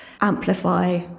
amplify